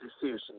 decision